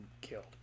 killed